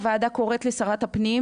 הוועדה קוראת לשרת הפנים,